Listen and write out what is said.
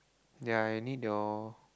ya I need your